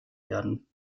werden